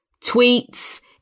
tweets